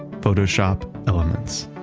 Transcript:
photoshop elements.